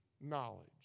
knowledge